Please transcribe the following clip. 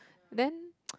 then